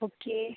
okay